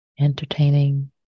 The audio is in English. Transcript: entertaining